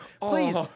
Please